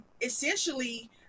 essentially